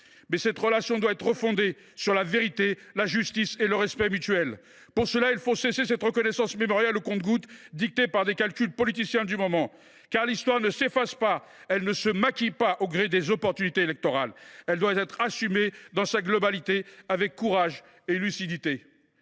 cette relation doit être refondée sur la vérité, la justice et le respect mutuel. Pour ce faire, il faut cesser cette reconnaissance mémorielle au compte gouttes, dictée par les calculs politiciens du moment. En effet, l’histoire ne s’efface ni ne se maquille au gré des opportunités électorales. Elle doit être assumée dans sa globalité, avec courage et lucidité.